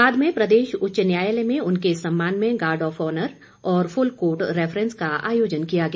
बाद में प्रदेश उच्च न्यायालय में उनके सम्मान में गार्ड ऑफ ऑनर और फुल कोर्ट रेफरेंस का आयोजन किया गया